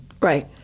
Right